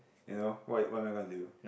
you know what what am I gonna do